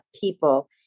people